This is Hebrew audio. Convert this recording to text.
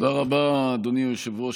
תודה רבה, אדוני היושב-ראש.